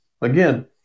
again